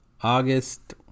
August